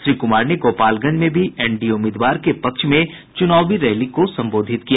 श्री कुमार ने गोपालगंज में भी एनडीए उम्मीदवार के पक्ष में चुनावी रैली को संबोधित किया